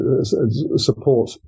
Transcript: support